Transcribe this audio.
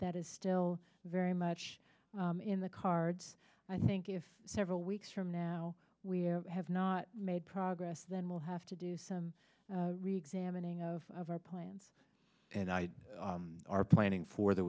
that is still very much in the cards i think if several weeks from now we have not made progress then we'll have to do some rigs am inning of our plans and i are planning for th